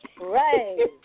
Right